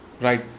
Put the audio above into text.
Right